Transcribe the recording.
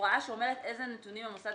הוראה שאומרת איזה נתונים המוסד